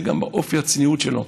זה גם אופי הצניעות שלו: